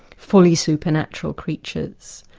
fully supernatural creatures,